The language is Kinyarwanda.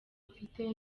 mfite